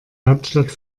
hauptstadt